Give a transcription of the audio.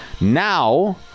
Now